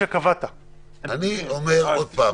אני אומר עוד פעם,